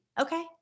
Okay